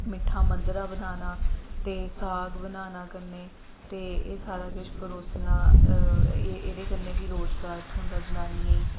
मिट्ठा मंदरा बनाना ते साग बनाना कन्नै ते एह् सारा किश परोसना एह् एह्दे कन्नै बी रोजगार थ्होंदा जनानियें ई